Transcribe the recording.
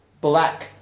black